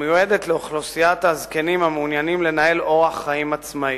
המיועדת לאוכלוסיית הזקנים המעוניינים לנהל אורח חיים עצמאי,